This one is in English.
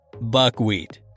Buckwheat